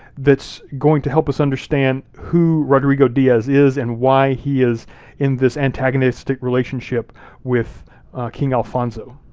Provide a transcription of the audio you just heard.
that's going to help us understand who rodrigo diaz is, and why he is in this antagonistic relationship with king alfonso.